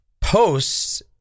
posts